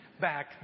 back